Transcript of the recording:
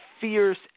fierce